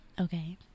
Okay